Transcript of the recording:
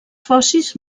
fòssils